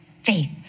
faith